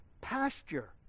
pasture